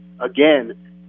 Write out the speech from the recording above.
Again